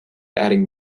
adding